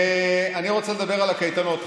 אני רוצה לדבר על הקייטנות.